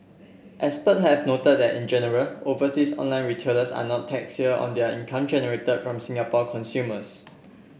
expert have noted that in general overseas online retailers are not taxed here on their income generated from Singapore consumers